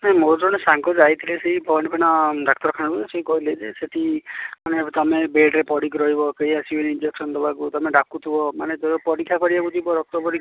ନାହିଁ ମୋର ଜଣେ ସାଙ୍ଗ ଯାଇଥିଲେ ସେଇ ଡାକ୍ତରଖାନାକୁ ସେଇ କହିଲେ ଯେ ସେଠି ମାନେ ତୁମେ ବେଡ଼୍ରେ ପଡ଼ିକି ରହିବ କେହି ଆସିବେନି ଇଞ୍ଜେକ୍ସନ୍ ଦେବାକୁ ତୁମେ ଡାକୁଥିବ ମାନେ ଜଣେ ପରୀକ୍ଷା କରିବାକୁ ଯିବ ରକ୍ତ ପରୀକ୍ଷା